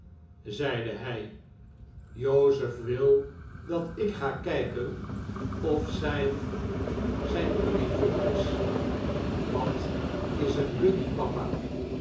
zeide hij joseph wil dat ik ga kijken of zijn zijn buggy voor is wat is een buggy papa